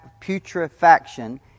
putrefaction